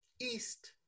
East